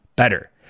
Better